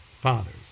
fathers